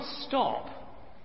stop